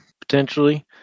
potentially